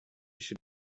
should